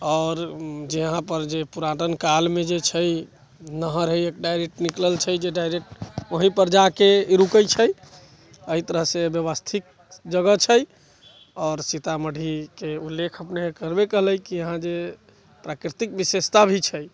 आओर जे इहाँ पर जे पुरातन काल मे जे छै नहर हय एकटा निकलल छै जे डाइरेक्ट ओहि पर जाके रुकै छै एहि तरहसे ब्यबस्थित जगह छै आओर सीतामढ़ी के उल्लेख अपने करबे केलै कि अहाँ जे प्राकृतिक विशेषता भी छै